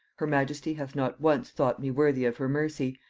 her majesty hath not once thought me worthy of her mercy,